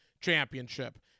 Championship